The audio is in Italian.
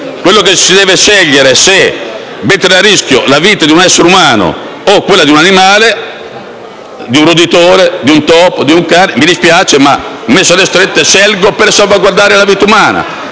dovessi scegliere se mettere a rischio la vita di un essere umano o quella di un animale, di un roditore, di un topo o di un cane, messo alle strette, sceglierei di salvaguardare la vita umana.